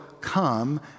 come